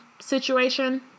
situation